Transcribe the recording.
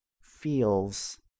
feels